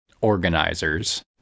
organizers